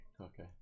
Okay